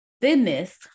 thinness